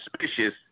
suspicious